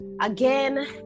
again